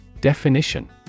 Definition